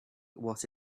what